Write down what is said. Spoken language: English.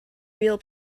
real